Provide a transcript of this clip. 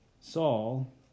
Saul